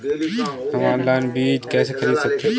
हम ऑनलाइन बीज कैसे खरीद सकते हैं?